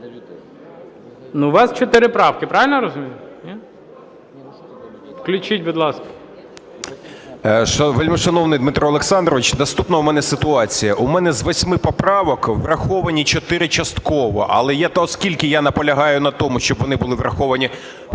вас чотири правки, правильно я розумію? Включіть, будь ласка. 12:50:44 КОЛТУНОВИЧ О.С. Вельмишановний Дмитро Олександрович, наступна у мене ситуація. У мене з восьми поправок враховані чотири частково. Але оскільки я наполягаю на тому, щоб вони були враховані в